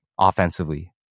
Offensively